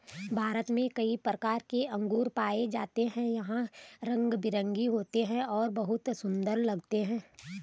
भारत में कई प्रकार के अंगूर पाए जाते हैं यह रंग बिरंगे होते हैं और बहुत सुंदर लगते हैं